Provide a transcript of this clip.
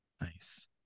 Nice